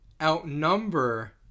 outnumber